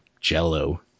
jello